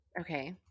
Okay